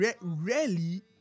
rarely